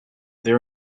they